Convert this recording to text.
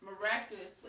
miraculously